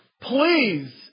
please